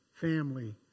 family